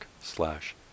slash